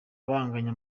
banganya